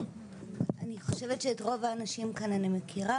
אני חושבת שאת רוב האנשים כאן אני מכירה,